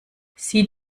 sieh